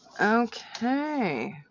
okay